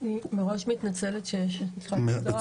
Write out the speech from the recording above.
מראש מתנצלת שאני צריכה לצאת.